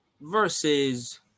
versus